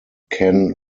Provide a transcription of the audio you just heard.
ken